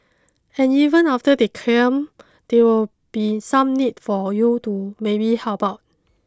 and even after they come there will be some need for you to maybe help out